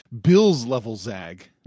Bill's-level-zag